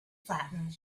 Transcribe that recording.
flattened